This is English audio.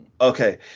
Okay